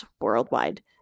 worldwide